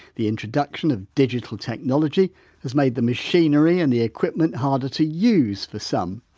the introduction of digital technology has made the machinery and the equipment harder to use for some.